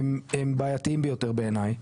הם בעייתיים ביותר בעיני.